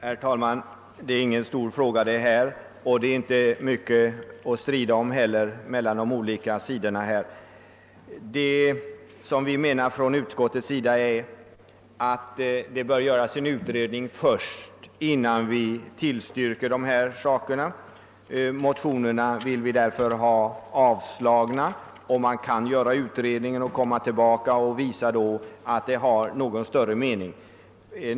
Herr talman! Detta är ingen stor fråga, så det finns inte mycket att strida om. Enligt utskottet bör det göras en mera ingående utredning innan förslaget kan tillstyrkas, och det vill därför inte nu biträda motionerna. Sedan en sådan utredning gjorts kan man ju komma tillbaka om det kan visas att förslaget har en mening.